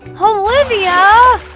olivia!